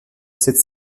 cette